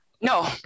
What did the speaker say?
No